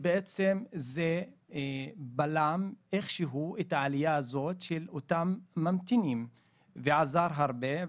זה בלם איכשהו את העלייה הזאת של אותם ממתינים ועזר הרבה.